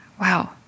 Wow